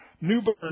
Newburn